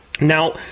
Now